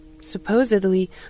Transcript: Supposedly